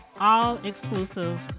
all-exclusive